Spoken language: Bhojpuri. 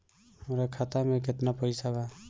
हमरा खाता मे केतना पैसा बा?